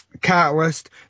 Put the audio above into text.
Catalyst